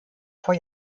vor